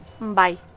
Bye